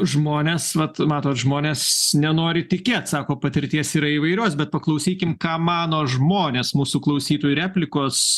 žmonės vat matot žmonės nenori tikėt sako patirties yra įvairios bet paklausykim ką mano žmonės mūsų klausytojų replikos